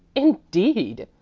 indeed!